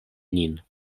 nin